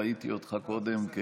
איפה שיש תחנות יש עלייה